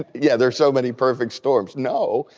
yeah, there's so many perfect storms. no,